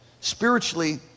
spiritually